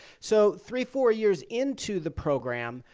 so three, four years into the program,